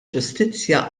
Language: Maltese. ġustizzja